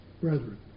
brethren